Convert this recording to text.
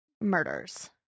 murders